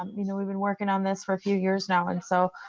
um you know we've been working on this for a few years now and so